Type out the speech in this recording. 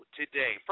today